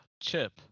chip